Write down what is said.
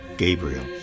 Gabriel